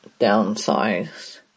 downsize